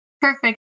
Perfect